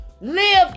Live